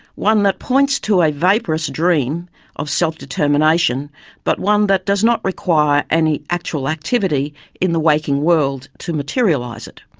one that points to a vaporous dream of self determination but one that does not require any actual activity in the waking world to materialise it.